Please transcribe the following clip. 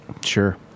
Sure